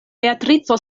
beatrico